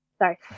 Sorry